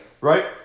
Right